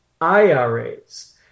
IRAs